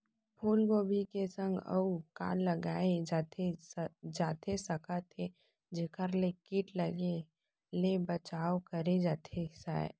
फूलगोभी के संग अऊ का लगाए जाथे सकत हे जेखर ले किट लगे ले बचाव करे जाथे सकय?